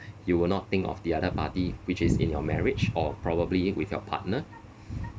you will not think of the other party which is in your marriage or probably with your partner